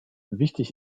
wichtig